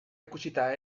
ikusita